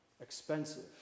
Expensive